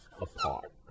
apart